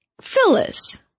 Phyllis